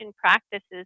practices